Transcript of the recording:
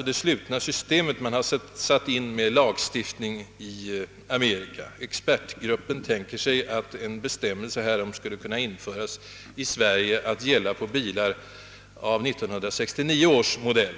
om det slutna systemet som man har lagstiftat i Amerika. Expertgruppen tänker sig att en bestämmelse härom skulle kunna införas i Sverige att gälla för bilar av 1969 års modell.